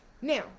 Now